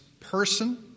person